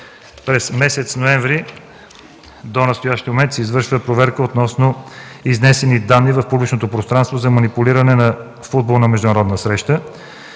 От месец ноември до настоящия момент се извършва проверка относно изнесени данни в публичното пространство за манипулиране на футболна международна среща.